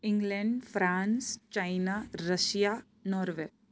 England France China Russia Norway